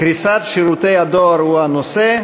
קריסת שירותי הדואר היא הנושא.